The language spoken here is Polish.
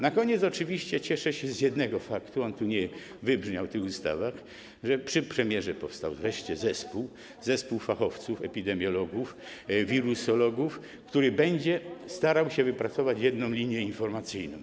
Na koniec powiem, że oczywiście cieszę się z jednego faktu - to tu nie wybrzmiało w tych ustawach - że przy premierze powstał wreszcie zespół składający się z fachowców: epidemiologów, wirusologów, który będzie starał się wypracować jedną linię informacyjną.